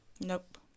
Nope